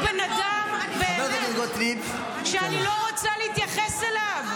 את בן אדם באמת, באמת, שאני לא רוצה להתייחס אליו.